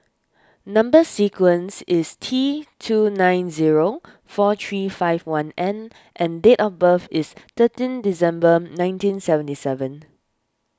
Number Sequence is T two nine zero four three five one N and date of birth is thirteen December nineteen seventy seven